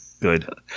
Good